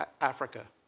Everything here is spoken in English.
Africa